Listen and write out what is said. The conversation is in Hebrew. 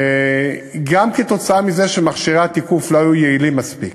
גם כתוצאה מזה שמכשירי התיקוף לא היו יעילים מספיק.